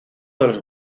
los